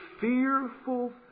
fearful